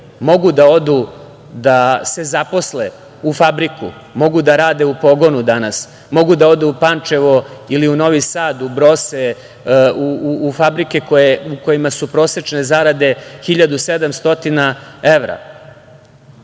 Mogu da se zaposle u fabriku, mogu da rade u pogonu danas. Mogu da odu u Pančevo ili u Novi Sad u „Brose“, u fabrike u kojima su prosečne zarade 1.700 evra,